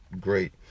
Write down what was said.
Great